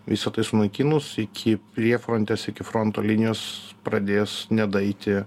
visa tai sunaikinus iki prie frontes iki fronto linijos pradės nedaeiti